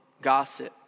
gossip